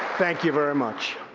thank you very much.